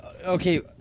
Okay